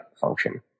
function